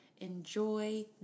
enjoy